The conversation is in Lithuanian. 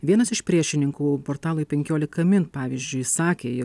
vienas iš priešininkų portalui penkiolika min pavyzdžiui sakė